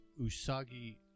Usagi